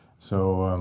so